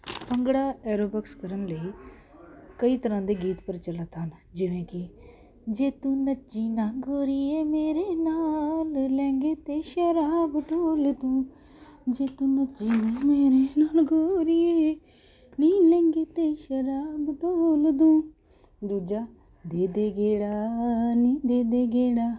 bhangra aerobics ਕਰਨ ਲਈ ਕਈ ਤਰ੍ਹਾਂ ਦੇ ਗੀਤ ਪ੍ਰਚਲਿਤ ਹਨ ਜਿਵੇਂ ਕਿ ਜੇ ਤੂੰ ਨੱਚੀ ਨਾ ਗੋਰੀਏ ਮੇਰੇ ਨਾਲ ਲਹਿੰਗੇ 'ਤੇ ਸ਼ਰਾਬ ਡੋਲਦੂੰ ਜੇ ਤੂੰ ਨੱਚੀ ਨਾ ਮੇਰੇ ਨਾਲ ਗੋਰੀਏ ਨੀ ਲਹਿੰਗੇ 'ਤੇ ਸ਼ਰਾਬ ਡੋਲਦੂੰ ਦੂਜਾ ਦੇ ਦੇ ਗੇੜਾ ਨੀ ਦੇ ਦੇ ਗੇੜਾ